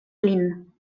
lin